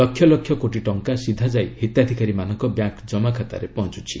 ଲକ୍ଷ ଲକ୍ଷ କୋଟି ଟଙ୍କା ସିଧା ଯାଇ ହିତାଧିକାରୀମାନଙ୍କ ବ୍ୟାଙ୍କ ଜମାଖାତାରେ ପହଞ୍ଚ୍ଚିଛି